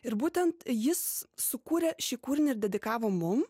ir būtent jis sukūrė šį kūrinį ir dedikavo mum